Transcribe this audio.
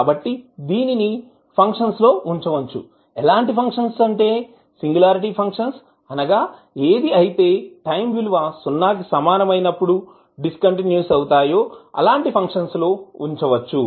కాబట్టి దీనిని ఫంక్షన్స్ లో ఉంచవచ్చు ఎలాంటి ఫంక్షన్స్ అంటే సింగులారిటీ ఫంక్షన్స్ అనగా ఏది అయితే టైం t విలువ సున్నా కి సమానం అయినప్పుడు డిస్ కంటిన్యూస్ అవుతాయి అలాంటి ఫంక్షన్స్ లో ఉంచవచ్చు